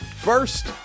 First